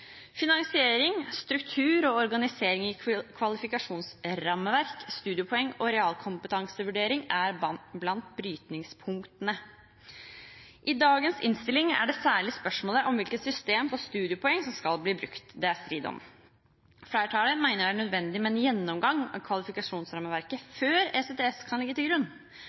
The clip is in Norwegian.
Finansiering, struktur, organisering i kvalifikasjonsrammeverk, studiepoeng og realkompetansevurdering er blant brytningspunktene. I dagens innstilling er det særlig spørsmålet om hvilket system for studiepoeng som skal brukes, det er strid om. Flertallet mener det er nødvendig med en gjennomgang av kvalifikasjonsrammeverket før ECTS kan legges til grunn.